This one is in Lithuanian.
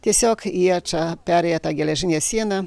tiesiog jie čia perėję tą geležinę sieną